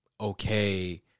okay